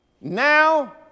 Now